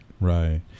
Right